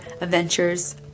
adventures